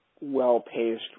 well-paced